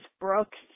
Brooks